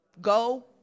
Go